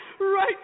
right